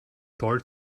toll